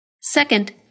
Second